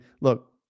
Look